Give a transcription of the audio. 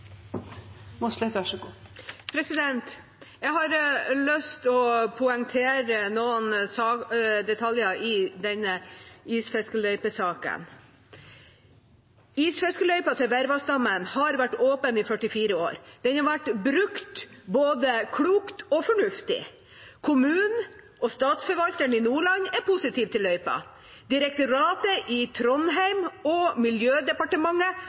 Jeg har lyst til å poengtere noen detaljer i denne isfiskeløypesaken. Isfiskeløypa til Virvassdammen har vært åpen i 44 år. Den har vært brukt både klokt og fornuftig. Kommunen og Statsforvalteren i Nordland er positive til løypa. Direktoratet i Trondheim og Miljødepartementet